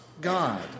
God